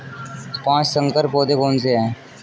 पाँच संकर पौधे कौन से हैं?